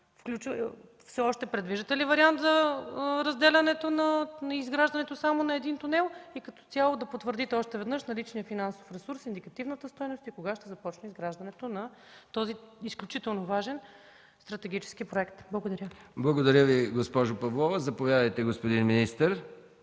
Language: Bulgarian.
Все още предвиждате ли вариант за разделянето и изграждането само на един тунел и като цяло да потвърдите още веднъж наличния финансов ресурс, индикативната стойност и кога ще започне изграждането на този изключително важен стратегически проект? Благодаря. ПРЕДСЕДАТЕЛ МИХАИЛ МИКОВ: Благодаря Ви, госпожо Павлова. Заповядайте, господин министър.